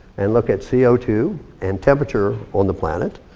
and look at c o two and temperature on the planet.